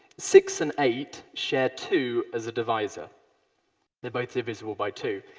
six and eight share two as a divisor they're both divisible by two.